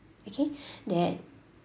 okay that